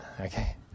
okay